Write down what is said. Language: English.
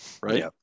right